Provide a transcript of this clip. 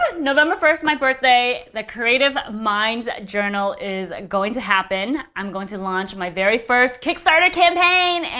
november first, my birthday, the creative minds journal is going to happen. i'm going to launch my very first kickstarter campaign. and